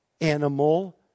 animal